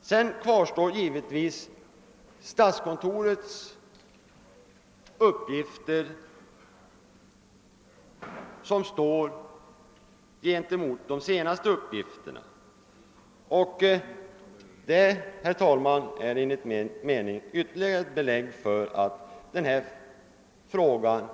Sedan kvarstår givetvis statskontorets uppgifter, som strider mot de senast erhållna uppgifterna. Detta, herr talman, är ännu ett belägg för att frågan